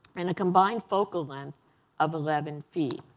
and a combined focal length of eleven feet.